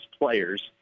players